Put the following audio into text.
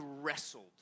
wrestled